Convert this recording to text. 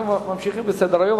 אנחנו ממשיכים בסדר-היום.